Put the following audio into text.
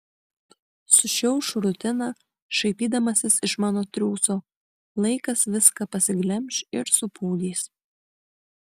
sušiauš rutiną šaipydamasis iš mano triūso laikas viską pasiglemš ir supūdys